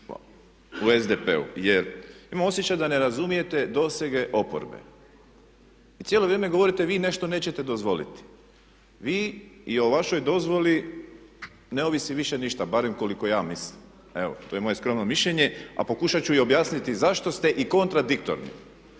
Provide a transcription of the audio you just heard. u SDP-u, jer imam osjećaj da ne razumijete dosege oporbe. I cijelo vrijeme govorite vi nešto nećete dozvoliti. Vi i o vašoj dozvoli ne ovisi više ništa, barem koliko ja mislim. Evo to je moje skromno mišljenje. A pokušat ću i objasniti zašto ste i kontradiktorni.